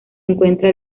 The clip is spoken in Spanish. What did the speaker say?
encuentra